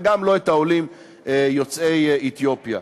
וגם לא את העולים יוצאי אתיופיה.